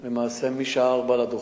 אני מהשעה 16:00 על הדוכן,